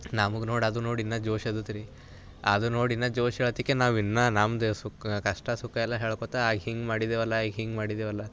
ನಮಗೆ ನೋಡಿ ಅದು ನೋಡಿ ಇನ್ನೂ ಜೋಶ್ ಎದ್ದಿತು ರೀ ಅದು ನೋಡಿ ಇನ್ನೂ ಜೋಶ್ ಏಳತ್ತಿಕೆ ನಾವಿನ್ನು ನಮ್ಮದೆ ಸುಖ ಕಷ್ಟ ಸುಖ ಎಲ್ಲ ಹೇಳ್ಕೋಳ್ತ ಹಿಂಗೆ ಮಾಡಿದೆವಲ್ಲ ಹಿಂಗೆ ಮಾಡಿದೆವಲ್ಲ